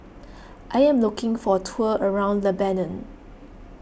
I am looking for a tour around Lebanon